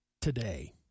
today